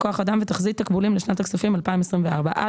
(ג) נוסף על מספר המשרות שהממשלה רשאית למלא בשנת הכספים 2024 לפי סעיף